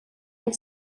ein